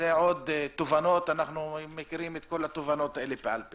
אנחנו מכירים את כל התובנות בעל פה.